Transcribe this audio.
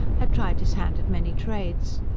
had tried his hand at many trades.